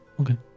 Okay